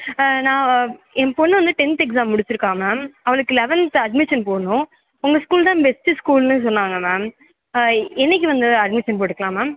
நான் வ என் பொண்ணு வந்து டென்த் எக்ஸாம் முடிச்சுருக்கா மேம் அவளுக்கு லெவெல்த் அட்மிஷன் போடணும் உங்கள் ஸ்கூல் தான் பெஸ்ட்டு ஸ்கூல்னு சொன்னாங்கள் மேம் என்னைக்கு வந்து அட்மிஷன் போட்டுக்கலாம் மேம்